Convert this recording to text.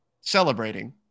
celebrating